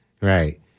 Right